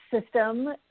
system